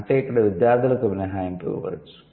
అంటే ఇక్కడ విద్యార్థులకు మినహాయింపు ఇవ్వవచ్చు